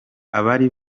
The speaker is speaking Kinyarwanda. abari